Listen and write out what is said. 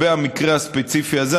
על המקרה הספציפי הזה,